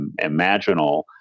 imaginal